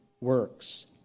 works